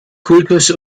kultus